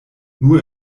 nur